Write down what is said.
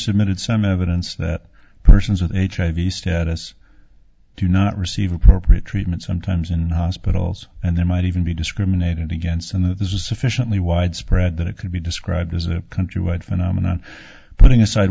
submitted some evidence that persons with hiv status do not receive appropriate treatment sometimes in hospitals and there might even be discriminated against and that this is sufficiently widespread that it could be described as a country wide phenomenon putting aside